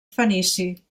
fenici